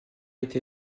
été